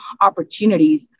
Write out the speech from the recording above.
opportunities